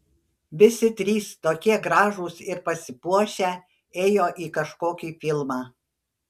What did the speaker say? visi trys tokie gražūs ir pasipuošę ėjo į kažkokį filmą